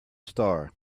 star